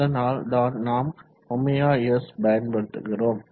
அதனால் தான் நாம் ɷs பயன்படுத்துகிறோம்